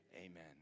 amen